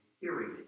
hearing